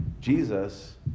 Jesus